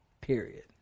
Period